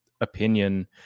opinion